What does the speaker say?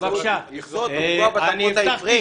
יש זכות יסוד לפגוע בתרבות העברית...